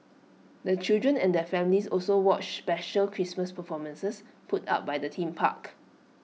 the children and their families also watched special Christmas performances put up by the theme park